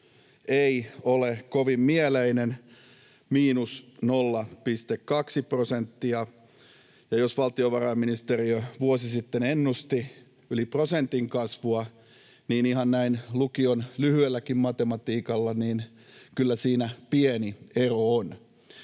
ei ole kovin mieleinen: miinus 0,2 prosenttia. Jos valtiovarainministeriö vuosi sitten ennusti yli prosentin kasvua, niin kyllä siinä pieni ero on,